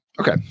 Okay